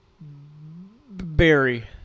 Barry